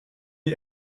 die